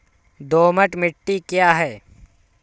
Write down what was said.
दोमट मिट्टी क्या है?